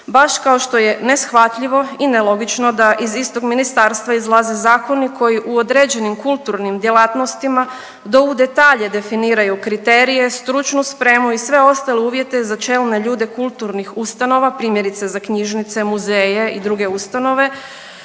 baš kao što je neshvatljivo i nelogično da iz istog ministarstva izlaze zakoni koji u određenim kulturnim djelatnostima do u detalje definiraju kriterije, stručnu spremu i sve ostale uvjete za čelne ljude kulturnih ustanova, primjerice za knjižnice, muzeje i druge ustanove